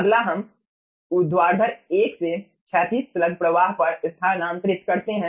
अगला हम ऊर्ध्वाधर एक से क्षैतिज स्लग प्रवाह पर स्थानांतरित करते हैं